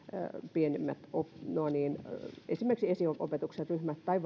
pienemmät esiopetuksen ryhmät tai